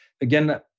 Again